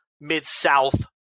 Mid-South